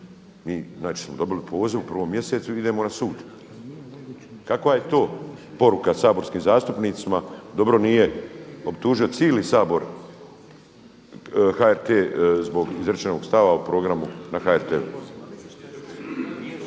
Mi smo dobili poziv u 1. mjesecu i idemo na sud. Kakva je to poruka saborskim zastupnicima? Dobro da nije optužio cijeli Sabor HRT zbog izrečenog stava o programu na HRT-u,